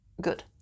Good